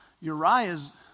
Uriah's